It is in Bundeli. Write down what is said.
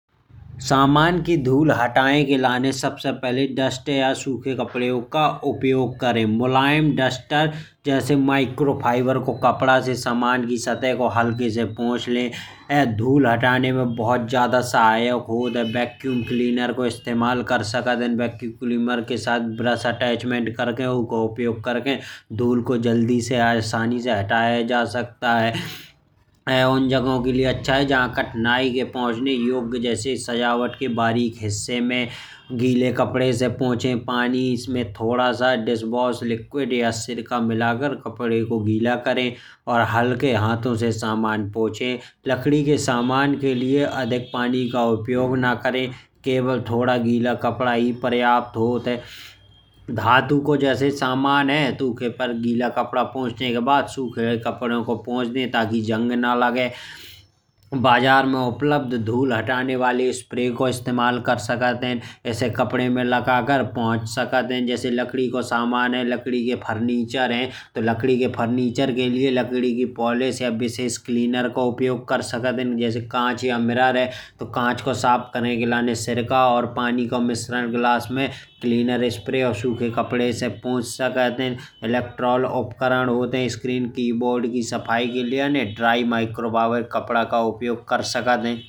सामान की धूल हटाए के लाईने सबसे पहिले डस्ट या सूखे कपड़े का उपयोग करें। मुलायम डस्टर जैसे माइक्रो फाइबर को कपड़ा से सामान की सतह को हल्के से पोंछ लें। धूल हटाने में बहुत जादा सहायक होत है वैक्यूम क्लीनर को इस्तेमाल कर सकत हैं। वैक्यूम क्लीनर के साथ ब्रश अटैच करके। ओकरो उपयोग करके धूल को जल्दी या आसानी से हटाया जा सकत है। और उन जगहों के लिए अच्छा है। जहाँ कठिनाइयों के पहुँचने योग्य जैसे सजावट के बारीक हिस्से में गीले कपड़े से पोंछे पानी। इसमें थोड़ा सा डिशवाश लिक्विड या सिरका मिलाकर कपड़े को गीला करें और हल्के हाथों से सामान पोंछें। लकड़ी के सामान के लिए अधिक पानी का उपयोग ना करें केवल थोड़ा गीला कपड़ा ही पर्याप्त होत है। धातु को जैसे सामान है तो ओकर उपर गीला कपड़ा पोंछने के बाद सूखे कपड़े से पोंछ दें। ताकि जंग ना लगे बाजार में उपलब्ध धूल हटाने बाले स्प्रे को इस्तेमाल कर सकत हैं। जैसे कपड़े में लगाकर पोंछ सकत हैं। जैसे लकड़ी को सामान है लकड़ी के फर्नीचर है। तो लकड़ी के फर्नीचर के उपर लकड़ी की पॉलिश या विशेष क्लीनर को उपयोग कर सकत हैं। जैसे कांच या मिरर है। को साफ करे के लाईने सिरका और पानी को मिश्रण ग्लास में क्लीनर स्प्रे और सूखे कपड़े से पोंछ सकत हैं। इलेक्ट्रिक उपकरण होत है। जैसे स्क्रीन कीबोर्ड की सफाई के लाईने ड्राई माइक्रो फाइबर कपड़ा का उपयोग कर सकत हैं।